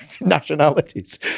nationalities